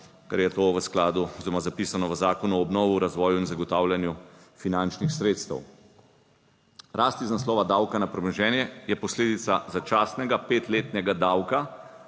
ker je to v skladu oziroma zapisano v Zakonu o obnovi v razvoju in zagotavljanju finančnih sredstev. Rast iz naslova davka na premoženje je posledica začasnega petletnega davka,